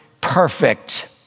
perfect